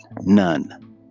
none